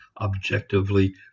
objectively